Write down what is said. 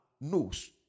knows